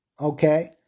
Okay